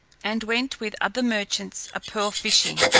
and went with other merchants a pearl-fishing.